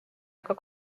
aga